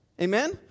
Amen